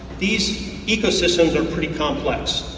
these ecosystems are pretty complex.